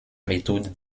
méthode